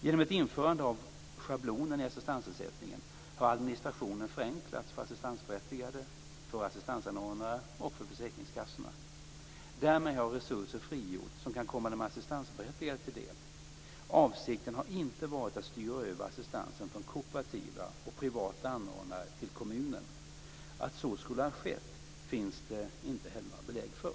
Genom ett införande av schablonen i assistansersättningen har administrationen förenklats för assistansberättigade, för assistansanordnare och för försäkringskassorna. Därmed har resurser frigjorts som kan komma de assistansberättigade till del. Avsikten har inte varit att styra över assistansen från kooperativa och privata anordnare till kommunen. Att så skulle ha skett finns det inte heller några belägg för.